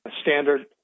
standard